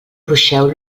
ruixeu